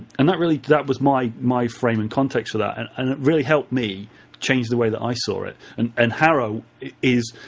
and that really that was my my frame and context of that, and and it really helped me change the way that i saw it. and and haro is,